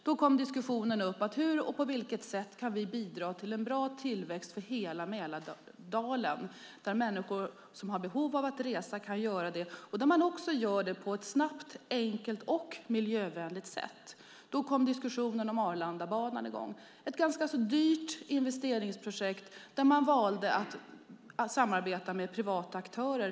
Man började diskutera hur man skulle kunna bidra till en bra tillväxt för hela Mälardalen så att människor skulle kunna resa på ett snabbt, enkelt och miljövänligt sätt. Då kom diskussionen om Arlandabanan i gång. Det var ett ganska dyrt investeringsprojekt där man valde att samarbeta med privata aktörer.